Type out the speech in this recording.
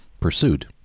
pursued